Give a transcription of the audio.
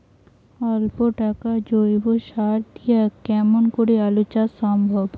অল্প টাকার জৈব সার দিয়া কেমন করি আলু চাষ সম্ভব?